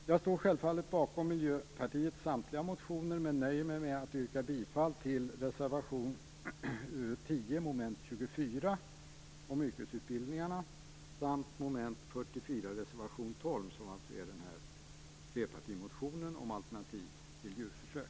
Jag står självfallet bakom Miljöpartiets samtliga motioner, men jag nöjer mig med att yrka bifall till reservation 10 vid mom. 24 om yrkesutbildningarna och till reservation 12 vid mom. 44 som gäller flerpartimotionen om alternativ till djurförsök.